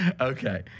Okay